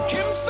Kim